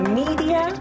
media